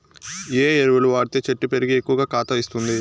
ఏ ఎరువులు వాడితే చెట్టు పెరిగి ఎక్కువగా కాత ఇస్తుంది?